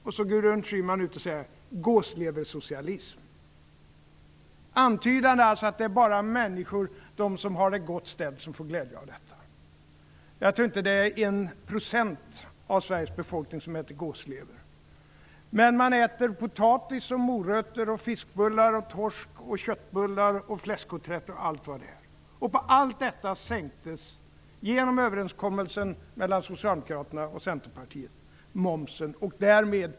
Då kallar Gudrun Schyman det för gåsleversocialism och antyder att det bara är människor som har det gott ställt som får glädje av sänkningen. Jag tror inte att det är ens 1 % av Sveriges befolkning som äter gåslever. Men man äter potatis, morötter, fiskbullar, torsk, köttbullar och fläskkotlett. På allt detta sänktes momsen genom överenskommelsen mellan Socialdemokraterna och Centerpartiet.